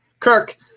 Kirk